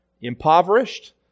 impoverished